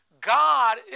God